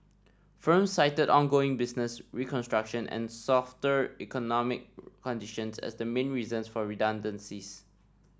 firms cited ongoing business restructuring and softer economic conditions as the main reasons for redundancies